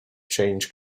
changed